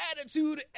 Attitude